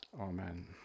amen